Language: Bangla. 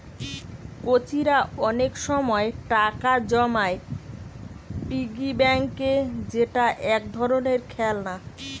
কচিরা অনেক সময় টাকা জমায় পিগি ব্যাংকে যেটা এক ধরণের খেলনা